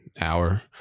hour